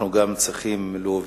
אנחנו גם צריכים להוביל.